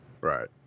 Right